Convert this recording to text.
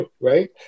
right